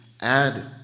add